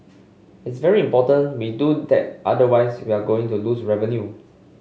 it's very important we do that otherwise we are going to lose revenue